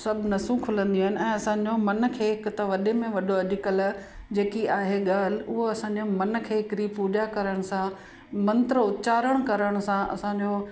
सभु नसूं खुलंदियूं आहिनि ऐं असांजो मन खे हिकु त वॾे में वॾो अॼुकल्ह जेकी आहे ॻाल्हि उहा असांजे मन खे हिकिड़ी पूॼा करण सां मंत्र उच्चारण करण सां असांजो